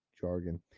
jargon